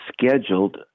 scheduled